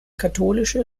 katholische